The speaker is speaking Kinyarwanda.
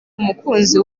umukunzi